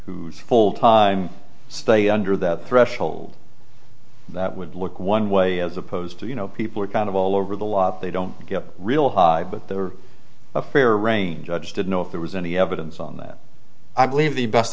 who's full time stay under that threshold that would look one way as opposed to you know people are kind of all over the lot they don't get a real high but there are a fair range judge did know if there was any evidence on that i believe the best